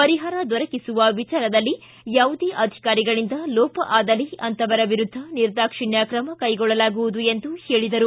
ಪರಿಹಾರ ದೊರಕಿಸುವ ವಿಚಾರದಲ್ಲಿ ಯಾವುದೇ ಅಧಿಕಾರಿಗಳಿಂದ ಲೋಪ ಆದಲ್ಲಿ ಅಂತಹವರ ವಿರುದ್ದ ನಿರ್ದಾಕ್ಷಿಣ್ಣ ಕ್ರಮ ಕೈಗೊಳ್ಳಲಾಗುವುದು ಎಂದರು